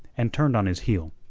and turned on his heel.